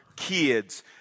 kids